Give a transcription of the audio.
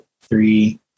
Three